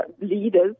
leaders